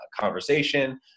conversation